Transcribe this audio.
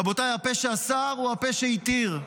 רבותיי, הפה שאסר הוא הפה שהתיר.